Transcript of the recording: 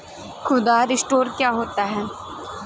खुदरा स्टोर क्या होता है?